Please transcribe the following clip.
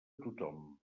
tothom